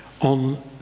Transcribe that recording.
on